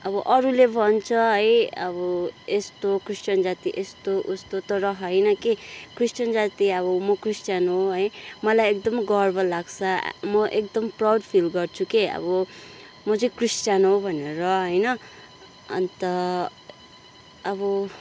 अब अरूले भन्छ है अब यस्तो क्रिस्टियन जाति यस्तो उस्तो तर होइन के क्रिस्टियन जाति अब म क्रिस्टियन हो है मलाई एकदम गर्व लाग्छ म एकदम प्राउड फिल गर्छु के अब म चाहिँ क्रिस्टियन हो भनेर होइन अन्त अब